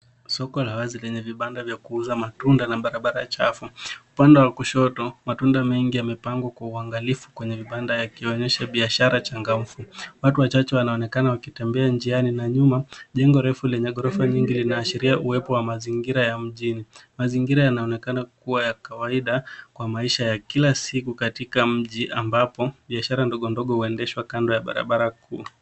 Soko la wazi lenye vibanda vya kuuza matunda na barabara ya chafu. Upande wa kushoto matunda mengi yamepangwa kwa uangalifu kwenye vibanda yakionyesha biashara changamfu. Watu wachache wanaonekana wakitembea njiani na nyuma jengo refu lenye ghorofa nyingi linaashiria uwepo wa mazingira ya mjini. Mazingira yanaonekana kuwa ya kawaida kwa maisha ya kila siku katika mji ambapo biashara ndogo ndogo uendeshwa kando ya barabara kuu.